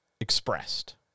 expressed